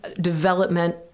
development